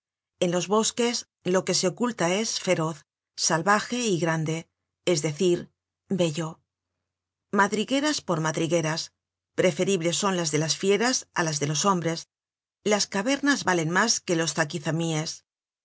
en los bosques lo que se oculta es feroz salvaje y grande es decir bello madrigueras por madrigueras preferibles son las de las fieras á las de los hombres las cavernas valen mas que los